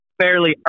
fairly